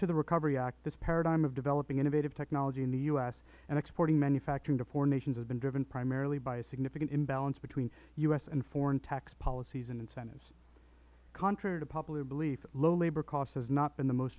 to the recovery act this paradigm of developing innovative technology in the u s and exporting manufacturing to poor nations has been driven primarily by a significant imbalance between u s and foreign tax policies and incentives contrary to popular belief low labor costs have not been the most